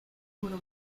would